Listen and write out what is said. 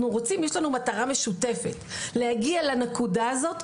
יש לנו מטרה משותפת להגיע לנקודה הזו,